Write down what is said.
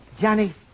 Johnny